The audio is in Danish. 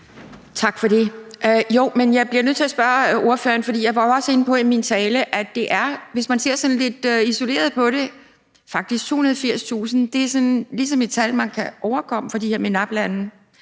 Tak for det. Jeg bliver nødt til at spørge ordføreren om det, jeg var inde på i min tale, om, at tallet, hvis man ser det sådan lidt isoleret, faktisk er 280.000, og det er sådan ligesom et tal, man kan overkomme, for de her MENAP-lande.